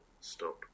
stop